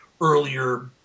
earlier